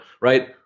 Right